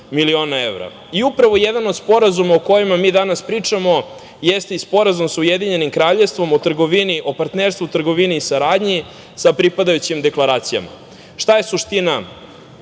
evra. Upravo jedan od sporazuma o kojima mi danas pričamo jeste i sporazum sa Ujedinjenim Kraljevstvom o trgovini, o partnerstvu u trgovini i saradnji sa pripadajućim deklaracijama. Šta je suština